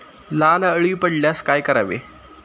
लाल अळी पडल्यास काय करावे?